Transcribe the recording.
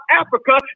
Africa